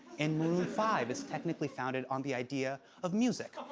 and maroon five is technically founded on the idea of music.